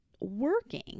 working